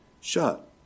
shut